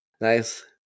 Nice